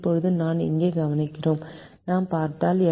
இப்போது நாம் இங்கே கவனிக்கிறோம் நாம் பார்த்தால்